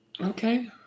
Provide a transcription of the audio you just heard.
Okay